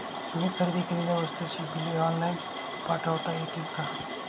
मी खरेदी केलेल्या वस्तूंची बिले ऑनलाइन पाठवता येतील का?